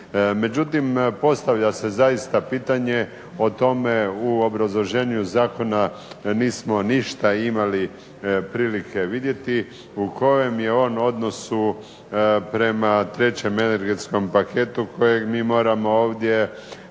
Međutim postavlja se zaista pitanje o tome u obrazloženju zakona nismo ništa imali prilike vidjeti, u kojem je on odnosu prema trećem energetskom paketu kojeg mi moramo ovdje